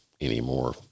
anymore